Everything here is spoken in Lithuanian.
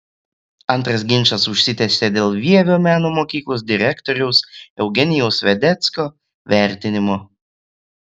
antras ginčas užsitęsė dėl vievio meno mokyklos direktoriaus eugenijaus vedecko vertinimo